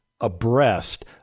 abreast